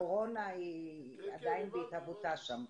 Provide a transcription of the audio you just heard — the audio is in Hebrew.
הקורונה עדיין בהתהוותה שם.